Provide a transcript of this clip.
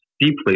deeply